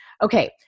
Okay